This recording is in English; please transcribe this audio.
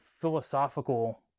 philosophical